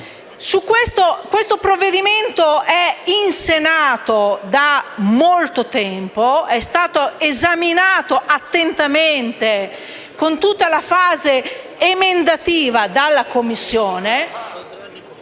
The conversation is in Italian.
questo provvedimento è in Senato da molto tempo. È stato esaminato attentamente in tutta la fase emendativa dalla Commissione.